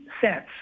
cents